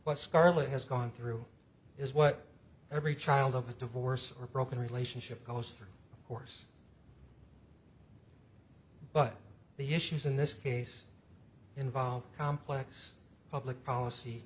what scarlett has gone through is what every child of a divorce or broken relationship goes through course but the issues in this case involve complex public policy